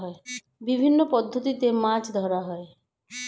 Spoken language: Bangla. বিভিন্ন পদ্ধতিতে মাছ ধরা হয়